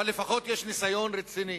אבל לפחות יש ניסיון רציני.